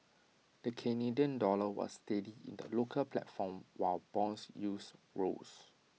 the Canadian dollar was steady in the local platform while Bond yields rose